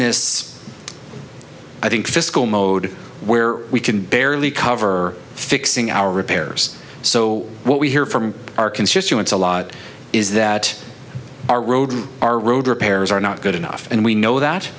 this i think fiscal mode where we can barely cover fixing our repairs so what we hear from our constituents a lot is that our roads our road repairs are not good enough and we know